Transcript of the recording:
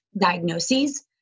diagnoses